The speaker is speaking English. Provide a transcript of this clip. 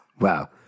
Wow